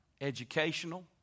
educational